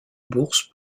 bourse